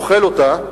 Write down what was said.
אוכל אותה,